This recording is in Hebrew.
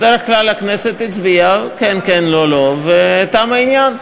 בדרך כלל הכנסת הצביעה, כן כן, לא לא, ותם העניין.